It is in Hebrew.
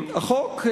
החוק,